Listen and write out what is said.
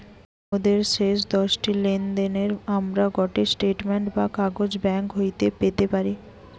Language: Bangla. মোদের শেষ দশটি লেনদেনের আমরা গটে স্টেটমেন্ট বা কাগজ ব্যাঙ্ক হইতে পেতে পারি